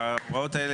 שנייה, ההוראות האלה